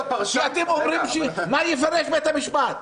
כי אתם אומרים: מה יפרש בית המשפט.